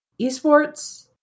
esports